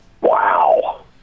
Wow